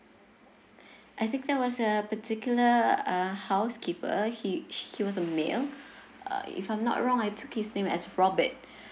I think that was a particular uh housekeeper he he was a male uh if I'm not wrong I took his name as robert